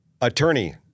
attorney